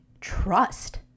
trust